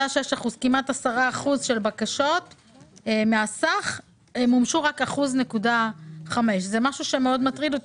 של בקשות מומשו רק 1.5%. מדובר בנתון מטריד.